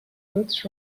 routes